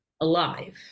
alive